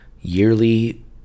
yearly